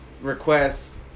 requests